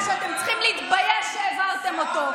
העברתם תקציב מדינה שאתם צריכים להתבייש שהעברתם אותו,